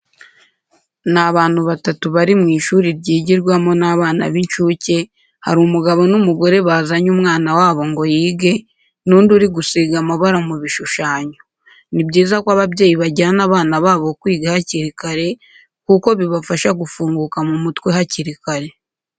Ni abantu batatu bari mu ishuri ryigirwamo n'abana b'incuke, hari umugabo n'umugore bazanye umwana wabo ngo yige n'undi uri gusiga amabara mu bishushanyo. Ni byiza ko ababyeyi bajyana abana babo kwiga hakiri kare kuko bibafasha gufunguka mu mutwe hakiri kare.